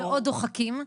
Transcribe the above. מאוד דוחקים.